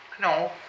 No